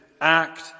act